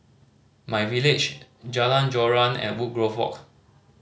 MyVillage Jalan Joran and Woodgrove Walk